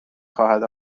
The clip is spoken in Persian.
خواهد